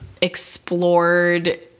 explored